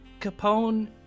Capone